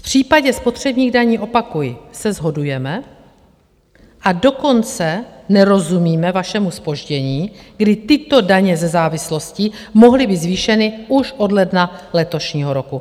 V případě spotřebních daní opakuji se shodujeme, a dokonce nerozumíme vašemu zpoždění, kdy tyto daně ze závislostí mohly být zvýšeny už od ledna letošního roku.